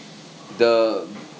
the